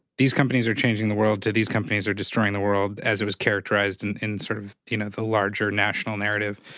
these companies are changing the world, to, these companies are destroying the world, as it was characterized in in sort of, you know, the larger national narrative,